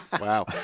Wow